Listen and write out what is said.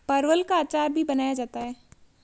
परवल का अचार भी बनाया जाता है